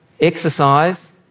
Exercise